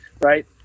Right